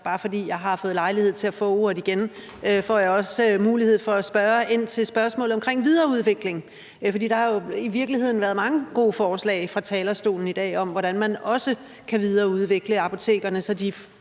Og fordi jeg har fået lejlighed til at få ordet igen, får jeg så også mulighed for at spørge ind til spørgsmålet omkring videreudvikling. For der har jo i virkeligheden været mange gode forslag fra talerstolen i dag om, hvordan man også kan videreudvikle apotekerne, så de